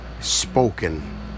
spoken